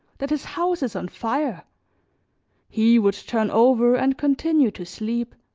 that his house is on fire he would turn over and continue to sleep.